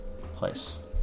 place